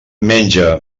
menja